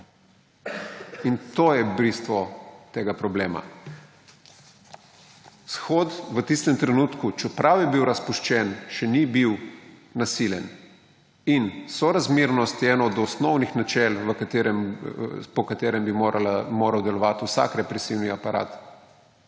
In to je bistvo tega problema. Shod v tistem trenutku, čeprav je bil razpuščen, še ni bil nasilen in sorazmernost je eno od osnovnih načel, po katerem bi moral delovati vsak represivni aparat,